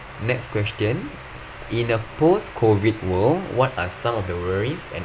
next question in a post COVID world what are some of the worries and